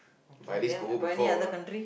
but at least go before